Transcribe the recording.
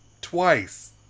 Twice